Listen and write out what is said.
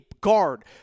guard